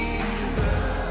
Jesus